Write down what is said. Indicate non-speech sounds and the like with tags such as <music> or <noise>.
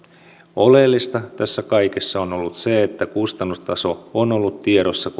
oleellista tässä kaikessa on ollut se että kustannustaso on ollut tiedossa <unintelligible>